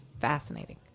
fascinating